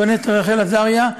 חברת הכנסת רחל עזריה,